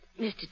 Mr